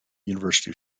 university